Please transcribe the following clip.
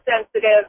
sensitive